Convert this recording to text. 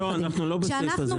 אנחנו לא בסעיף הזה.